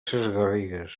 sesgarrigues